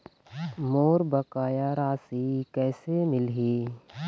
मोर बकाया राशि कैसे मिलही?